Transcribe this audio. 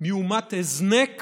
מאומת הזנק